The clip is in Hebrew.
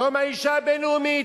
יום האשה הבין-לאומי.